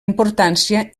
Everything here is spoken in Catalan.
importància